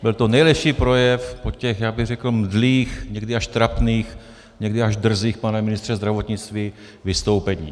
Byl to nejlepší projev po těch, já bych řekl mdlých, někdy až trapných, někdy až drzých, pane ministře zdravotnictví, vystoupeních.